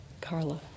Carla